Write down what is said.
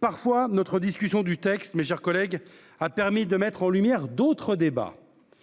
parfois notre discussion du texte, mes chers collègues, a permis de mettre en lumière d'autres débats.